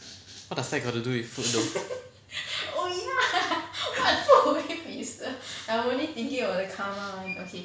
hmm what does that got to do with food though